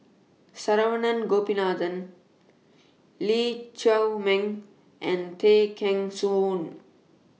Saravanan Gopinathan Lee Chiaw Meng and Tay Kheng Soon